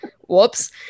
whoops